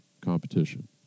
competition